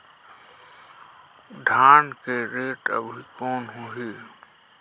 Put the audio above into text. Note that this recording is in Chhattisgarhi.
धान के रेट अभी कौन होही?